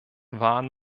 waren